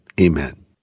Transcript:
amen